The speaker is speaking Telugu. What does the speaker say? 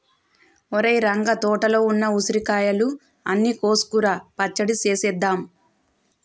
ఒరేయ్ రంగ తోటలో ఉన్న ఉసిరికాయలు అన్ని కోసుకురా పచ్చడి సేసేద్దాం